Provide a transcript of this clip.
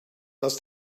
dass